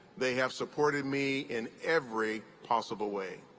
they have supported me in every possible way.